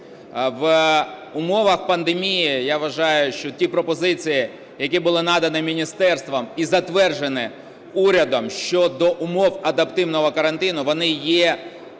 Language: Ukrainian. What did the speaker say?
В умовах пандемії я вважаю, що ті пропозиції, які були надані міністерством і затверджені урядом щодо умов адаптивного карантину, вони є максимально